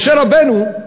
משה רבנו.